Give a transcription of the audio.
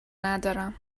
ندارم